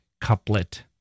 couplet